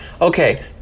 Okay